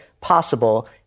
possible